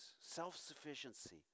self-sufficiency